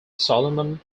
solomon